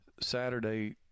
Saturday